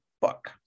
book